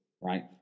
right